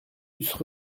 eussent